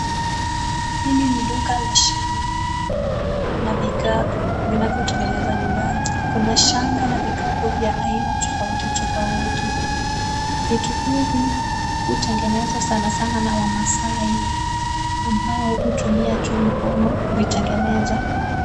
Hili ni duka la shanga na vikapu viinavyotengenezwa nyumbani. Kuna shanga na vikapu vya aina tofauti tofauti. Vitu hivi hutengenezwa sanasana na wamaasai ambao hutumia tu mkono kuvitengeneza.